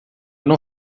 não